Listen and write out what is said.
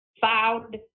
found